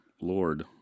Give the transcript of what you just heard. Lord